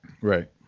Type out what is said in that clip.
Right